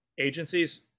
agencies